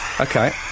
Okay